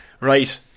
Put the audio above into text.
Right